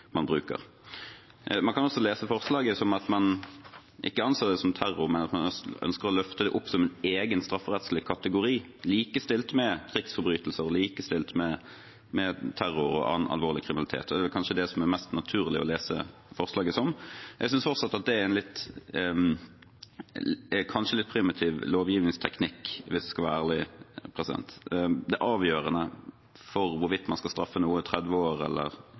bruker. Man kan også lese forslaget som at man ikke anser det om terror, men at man ønsker å løfte det opp som en egen strafferettslig kategori, likestilt med krigsforbrytelser og likestilt med terror og annen alvorlig kriminalitet. Og det er kanskje det som er det mest naturlige å lese forslaget som. Jeg synes fortsatt at det kanskje er en litt primitiv lovgivningsteknikk, hvis jeg skal være ærlig. Det avgjørende for hvorvidt man skal straffe noe med 30 år eller